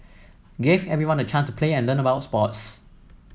gave everyone the chance to play and learn about sports